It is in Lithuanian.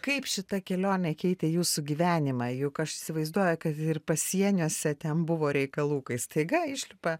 kaip šita kelionė keitė jūsų gyvenimą juk aš įsivaizduoju kad ir pasieniuose ten buvo reikalų kai staiga išlipa